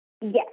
Yes